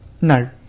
No